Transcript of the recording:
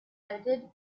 edited